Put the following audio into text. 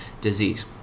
disease